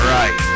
right